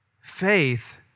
Faith